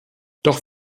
doch